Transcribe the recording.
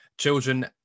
Children